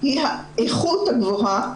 הוא האיכות הגבוהה